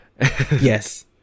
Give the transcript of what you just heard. yes